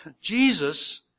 Jesus